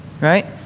right